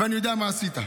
אני ידע מה עשית.